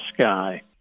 sky